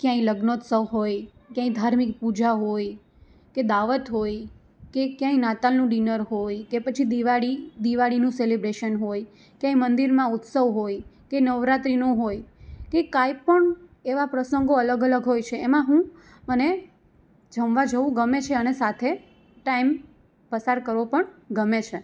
ક્યાંય લગ્નોત્સવ હોય ક્યાંય ધાર્મિક પૂજા હોય કે દાવત હોય કે ક્યાંય નાતાલનું ડિનર હોય કે પછી દિવાળી દિવાળીનું સેલેબ્રેસન હોય ક્યાંય મંદિરમાં ઉત્સવ હોય કે નવરાત્રીનું હોય કે કોઈ પણ એવાં પ્રસંગો અલગ અલગ હોય છે એમાં હું મને જમવા જવું ગમે છે અને સાથે ટાઈમ પસાર કરવો પણ ગમે છે